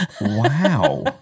Wow